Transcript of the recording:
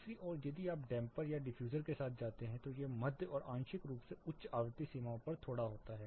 दूसरी ओर यदि आप डैम्पर्स या डिफ्यूज़र के साथ जाते हैं तो यह मध्य और आंशिक रूप से उच्च आवृत्ति सीमाओं पर थोड़ा होता है